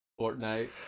Fortnite